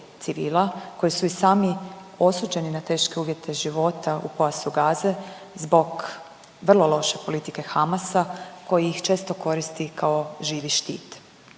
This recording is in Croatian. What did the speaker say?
koji su i sami osuđeni na teške uvjete života u pojasu Gaze zbog vrlo loše politike Hamasa koji ih često koristi kao živi štit.